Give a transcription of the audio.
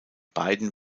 beiden